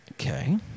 Okay